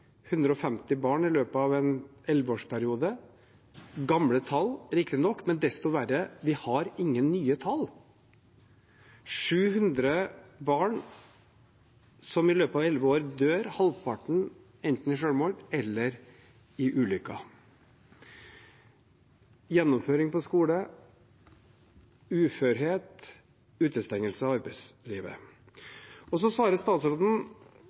150 barn i løpet av en 11-årsperiode – det er riktignok gamle tall, men desto verre er det at vi ikke har noen nye tall. Det er 700 barn som i løpet av 11 år dør, halvparten enten i selvmord eller i ulykker. Det gjelder gjennomføring på skole, uførhet, utestengelse fra arbeidslivet.